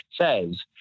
says